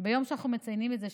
ביום שאנחנו מציינים את זה,